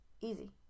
Easy